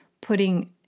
putting